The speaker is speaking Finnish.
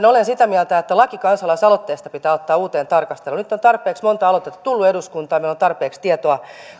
olen sitä mieltä että laki kansalaisaloitteesta pitää ottaa uuteen tarkasteluun nyt on tarpeeksi monta aloitetta tullut eduskuntaan ja meillä on tarpeeksi tietoa